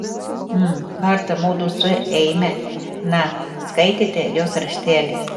mm kartą mudu su eime na skaitėte jos raštelį